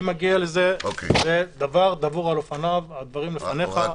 זה דבר דובר על אופניו, הדברים לפניך.